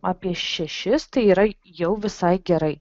apie šešis tai yra jau visai gerai